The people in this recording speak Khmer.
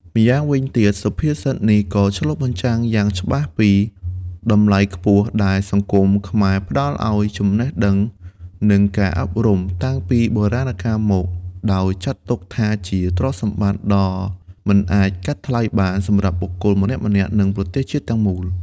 ម្យ៉ាងវិញទៀត សុភាសិតនេះក៏ឆ្លុះបញ្ចាំងយ៉ាងច្បាស់ពី តម្លៃខ្ពស់ដែលសង្គមខ្មែរផ្តល់ឱ្យចំណេះដឹង និងការអប់រំ តាំងពីបុរាណកាលមក ដោយចាត់ទុកថាជាទ្រព្យសម្បត្តិដ៏មិនអាចកាត់ថ្លៃបានសម្រាប់បុគ្គលម្នាក់ៗ និងប្រទេសជាតិទាំងមូល។